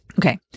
Okay